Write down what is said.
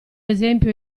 esempio